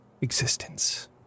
existence